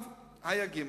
ג.